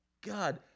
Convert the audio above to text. God